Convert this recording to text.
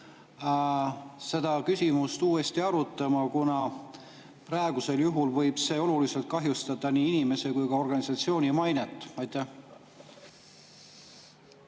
seda küsimust uuesti arutama? Praegusel juhul võib see oluliselt kahjustada nii inimese kui ka organisatsiooni mainet? Aitäh,